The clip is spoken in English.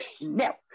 no